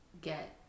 get